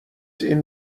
این